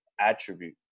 attribute